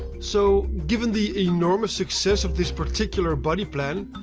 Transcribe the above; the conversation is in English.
so given the enormous success of this particular body plan,